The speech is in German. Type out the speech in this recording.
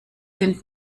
sind